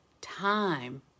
time